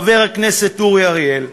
חבר הכנסת אורי אריאל,